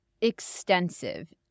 Extensive